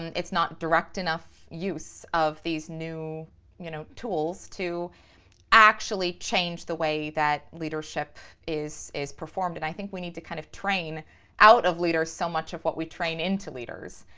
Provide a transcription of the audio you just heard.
it's not direct enough use of these new you know tools to actually change the way that leadership is is performed. and i think we need to kind of train out of leaders so much of what we train into leaders.